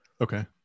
Okay